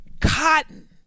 cotton